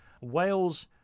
Wales